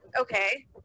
Okay